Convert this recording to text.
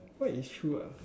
what is true ah